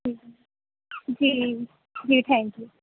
جی جی جی thank you